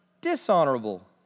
dishonorable